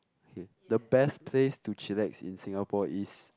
okay the best place to chillax in Singapore is